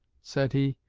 said he,